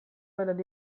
banan